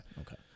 Okay